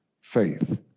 faith